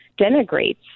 denigrates